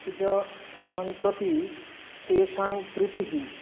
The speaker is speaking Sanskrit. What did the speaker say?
अपि च मत् प्रति तेषां प्रीतिः